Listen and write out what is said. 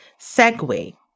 segue